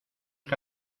que